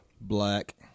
Black